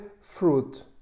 fruit